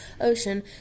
ocean